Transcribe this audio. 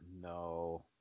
no